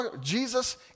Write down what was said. Jesus